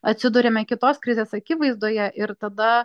atsiduriame kitos krizės akivaizdoje ir tada